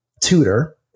tutor